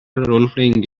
roleplaying